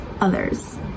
others